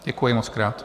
Děkuji mockrát.